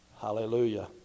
Hallelujah